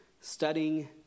studying